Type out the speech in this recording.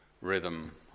rhythm